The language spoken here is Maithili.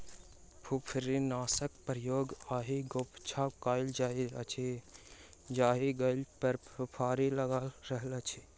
फुफरीनाशकक प्रयोग ओहि गाछपर कयल जाइत अछि जाहि गाछ पर फुफरी लागल रहैत अछि